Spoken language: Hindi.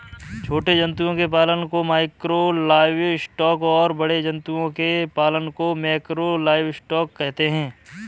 छोटे जंतुओं के पालन को माइक्रो लाइवस्टॉक और बड़े जंतुओं के पालन को मैकरो लाइवस्टॉक कहते है